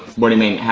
what do you mean?